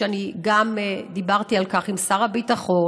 שאני גם דיברתי על כך עם שר הביטחון,